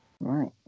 right